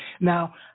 Now